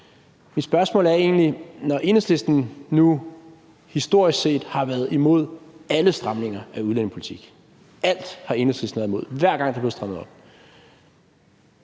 Mit spørgsmål er egentlig, om Enhedslisten, når man nu historisk set har været imod alle stramninger af udlændingepolitikken – alt har Enhedslisten været imod, hver gang der er blevet strammet op